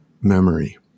memory